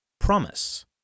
Promise